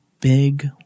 Big